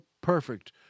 perfect